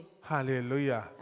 Hallelujah